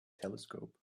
telescope